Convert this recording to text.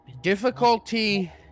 Difficulty